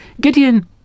Gideon